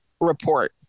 report